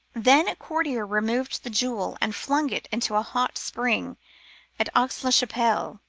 then a courtier removed the jewel and flung it into a hot spring at aix la-chapelle.